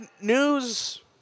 news